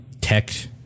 tech